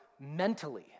mentally